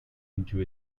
into